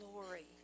glory